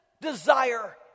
desire